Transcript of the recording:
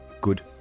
good